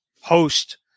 host